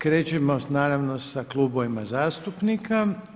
Krećemo naravno sa klubovima zastupnika.